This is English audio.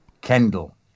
Kendall